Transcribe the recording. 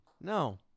No